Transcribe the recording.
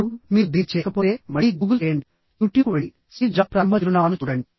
ఇప్పుడు మీరు దీన్ని చేయకపోతే మళ్ళీ గూగుల్ చేయండి యూట్యూబ్కు వెళ్లి స్టీవ్ జాబ్ ప్రారంభ చిరునామాను చూడండి